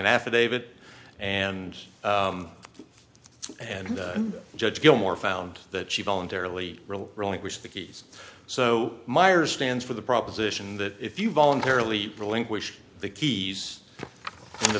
affidavit and and judge gilmore found that she voluntarily real relinquish the keys so myers stands for the proposition that if you voluntarily relinquish the keys in the